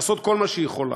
לעשות כל מה שהיא יכולה.